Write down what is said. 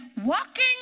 walking